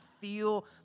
feel